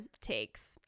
takes